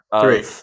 Three